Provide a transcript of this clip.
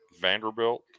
vanderbilt